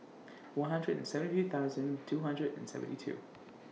one hundred and seventy three thousand two hundred and seventy two